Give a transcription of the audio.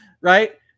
Right